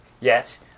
Yes